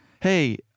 hey